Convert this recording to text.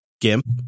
GIMP